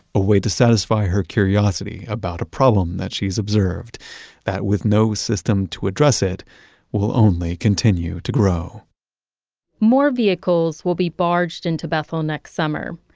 a way to satisfy her curiosity about a problem that she's observed that with no system to address it will only continue to grow more vehicles will be barged into bethel next summer.